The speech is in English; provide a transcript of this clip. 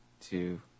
two